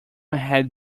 had